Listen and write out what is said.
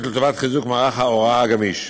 לטובת חיזוק מערך ההוראה הגמיש.